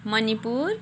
Manipur